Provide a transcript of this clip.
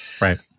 Right